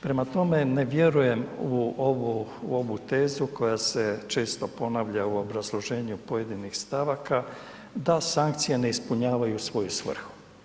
Prema tome, ne vjerujem u ovu tezu koja se često ponavlja u obrazloženju pojedinih stavaka da sankcije ne ispunjavaju svoju svrhu.